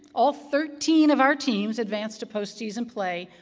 all thirteen of our team advanced to post-season play,